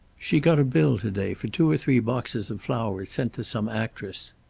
she got a bill to-day for two or three boxes of flowers, sent to some actress.